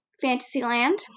Fantasyland